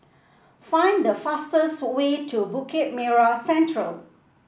find the fastest way to Bukit Merah Central